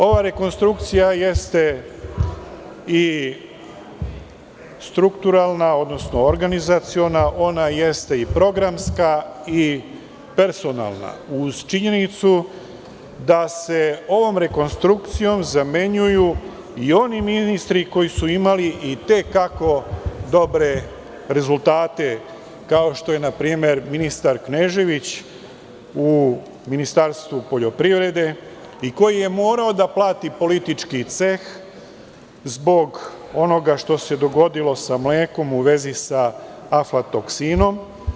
Ova rekonstrukcija jeste i strukturalna, odnosno organizaciona, ona jeste i programska i personalna, uz činjenicu da se ovom rekonstrukcijom zamenjuju i oni ministri koji su imali i te kako dobre rezultate, kao što je na primer ministar Knežević u Ministarstvu poljoprivrede, koji je morao da plati politički ceh zbog onoga što se dogodilo sa mlekom u vezi sa aflatoksinom.